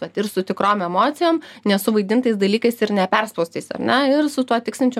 vat ir su tikrom emocijom nesuvaidintais dalykais ir neperspaustais ar ne ir su tuo tiksinčiu